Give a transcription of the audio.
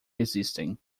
existem